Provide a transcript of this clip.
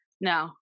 no